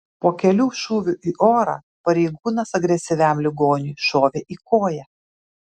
po kelių šūvių į orą pareigūnas agresyviam ligoniui šovė į koją